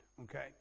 okay